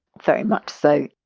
very much so.